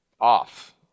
off